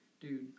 Dude